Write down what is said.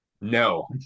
No